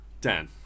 Dan